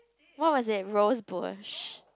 what was that rose bush